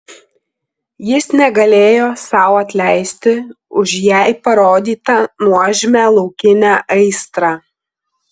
jis negalėjo sau atleisti už jai parodytą nuožmią laukinę aistrą